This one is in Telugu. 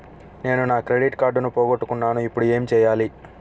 నేను నా క్రెడిట్ కార్డును పోగొట్టుకున్నాను ఇపుడు ఏం చేయాలి?